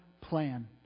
plan